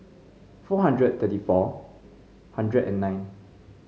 four hundred thirty four hundred and nine